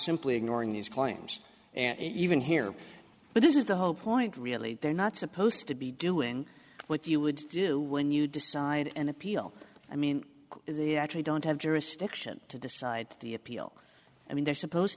simply ignoring these claims and even here but this is the hope or it really they're not supposed to be doing what you would do when you decide an appeal i mean the actually don't have jurisdiction to decide the appeal i mean they're supposed